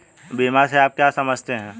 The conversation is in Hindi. बीमा से आप क्या समझते हैं?